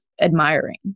admiring